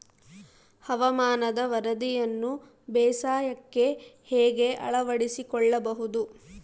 ಹವಾಮಾನದ ವರದಿಯನ್ನು ಬೇಸಾಯಕ್ಕೆ ಹೇಗೆ ಅಳವಡಿಸಿಕೊಳ್ಳಬಹುದು?